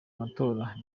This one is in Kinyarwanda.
matora